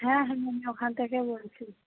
হ্যাঁ হ্যাঁ আমি ওখান থেকে বলছি